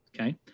okay